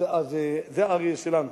זה אריה שלנו.